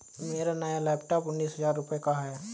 मेरा नया लैपटॉप उन्नीस हजार रूपए का है